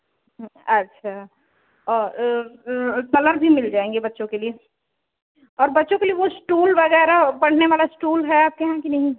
अच्छा और कलर भी मिल जाएँगे बच्चों के लिए और बच्चों के लिए वह इस्टूल वगैरह पढ़ने वाला इस्टूल है आपके यहाँ कि नहीं